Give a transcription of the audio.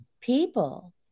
People